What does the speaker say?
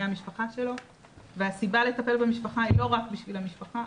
המשפחה שלו והסיבה לטפל במשפחה היא לא רק בשביל המשפחה,